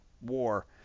war